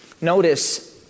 Notice